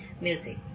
music